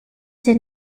did